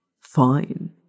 Fine